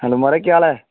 hello महाराज केह् हाल ऐ